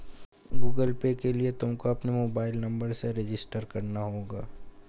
Google Pay के लिए तुमको अपने मोबाईल नंबर से रजिस्टर करना होगा